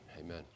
Amen